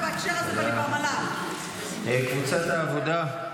ובהקשר הזה --- קבוצת העבודה,